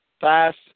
fast